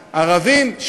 ערבים,